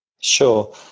Sure